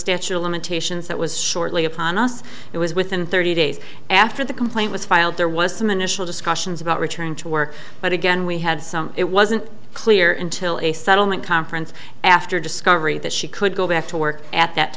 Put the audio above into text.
statute of limitations that was shortly upon us it was within thirty days after the complaint was filed there was some initial discussions about returning to work but again we had some it wasn't clear intil a settlement conference after discovery that she could go back to work at that